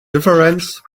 difference